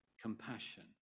compassion